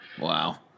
Wow